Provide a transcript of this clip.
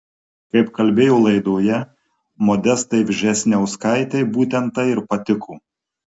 kaip kalbėjo laidoje modestai vžesniauskaitei būtent tai ir patiko